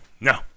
No